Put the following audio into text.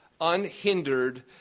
unhindered